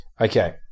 Okay